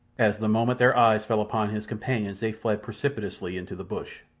as the moment their eyes fell upon his companions they fled precipitately into the bush.